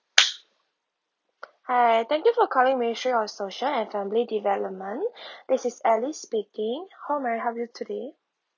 hi hi thank you for calling ministry of social and family development this is alice speaking how may I help you today